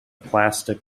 plastic